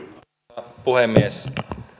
arvoisa puhemies